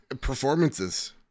Performances